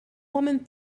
woman